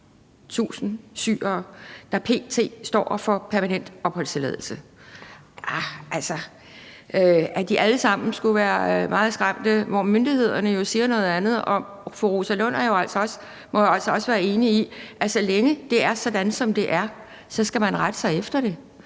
at de alle sammen skulle være meget skræmte, siger myndighederne jo noget andet. Fru Rosa Lund må jo altså også være enig i, at så længe det er sådan, som det er, så skal man rette sig efter det,